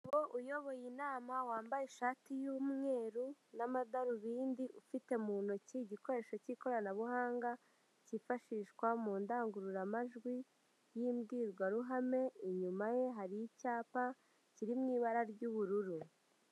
Umugabo uyoboye inama wambaye ishati y'umweru n'amadarubindi ufite mu ntoki igikoresho cy'ikoranabuhanga cyifashishwa mu ndangururamajwi y'imbwirwaruhame, inyuma ye hari icyapa kiri mu ibara ry'ubururu.